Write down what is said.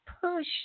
push